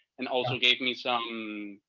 and also gave me some.